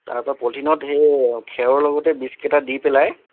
তাৰ পৰা পলিথিনত সেই খেৰৰ লগতে বীজকেইটা দি পেলাই